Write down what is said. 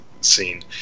scene